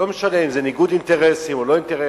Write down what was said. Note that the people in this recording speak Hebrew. לא משנה אם זה ניגוד אינטרסים או לא אינטרסים.